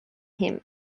him